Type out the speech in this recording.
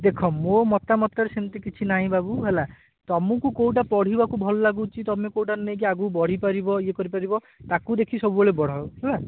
ଦେଖ ମୋ ମତାମତରେ ସେମିତି କିଛି ନାହିଁ ବାବୁ ହେଲା ତୁମକୁ କେଉଁଟା ପଢ଼ିବାକୁ ଭଲ ଲାଗୁଛି ତୁମେ କେଉଁଟା ନେଇକି ଆଗକୁ ବଢ଼ିପାରିବ ଇଏ କରିପାରିବ ତାକୁ ଦେଖି ସବୁବେଳେ ବଢ଼ାଅ ହେଲା